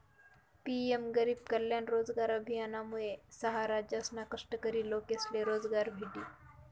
PM गरीब कल्याण रोजगार अभियानमुये सहा राज्यसना कष्टकरी लोकेसले रोजगार भेटी